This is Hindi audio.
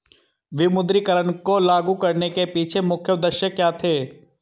विमुद्रीकरण को लागू करने के पीछे मुख्य उद्देश्य क्या थे?